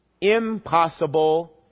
Impossible